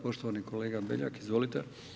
Poštovani kolega Beljak, izvolite.